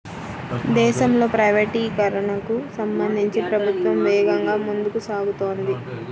దేశంలో ప్రైవేటీకరణకు సంబంధించి ప్రభుత్వం వేగంగా ముందుకు సాగుతోంది